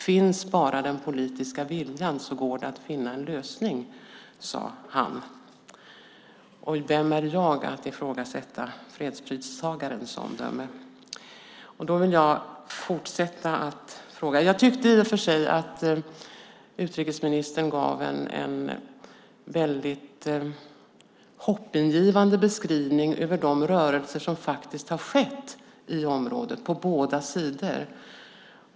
Finns bara den politiska viljan går det att finna en lösning, sade han. Och vem är jag att ifrågasätta fredspristagarens omdöme? Jag vill fortsätta att fråga. Jag tyckte i och för sig att utrikesministern gav en väldigt hoppingivande beskrivning av de rörelser som har skett i området på båda sidor.